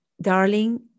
darling